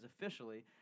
officially